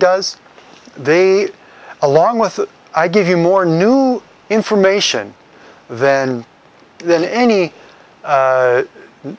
does they along with i give you more new information then than any